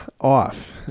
off